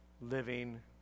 living